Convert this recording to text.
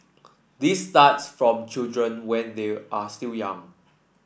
this starts from children when they are still young